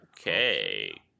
okay